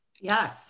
Yes